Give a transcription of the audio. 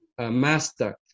master